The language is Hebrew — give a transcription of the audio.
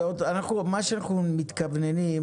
מה שאנחנו מתכווננים,